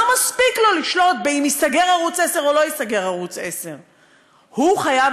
מספיק לו לשלוט אם ייסגר ערוץ 10 או לא ייסגר ערוץ 10. הוא חייב